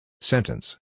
Sentence